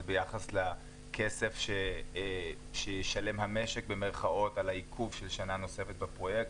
ביחס לכסף שישלם המשק על עיכוב של שנה נוספת בפרויקט.